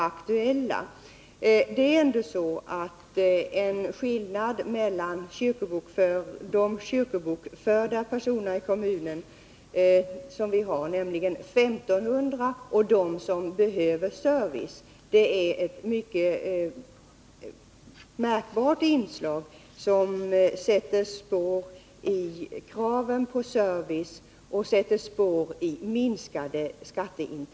Skillnaden mellan antalet i kommunen kyrkobokförda personer — 1 500 - och det antal som behöver service är mycket märkbar. Kraven på service är alltså betydligt större än vad som framgår av kyrkobokföringen.